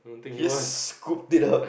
he just scoop it up